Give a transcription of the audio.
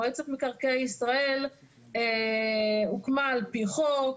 מועצת מקרקעי ישראל הוקמה על פי חוק,